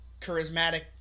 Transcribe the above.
charismatic